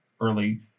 early